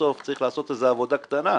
בסוף-בסוף צריך לעשות איזו עבודה קטנה,